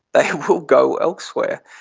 they will go elsewhere.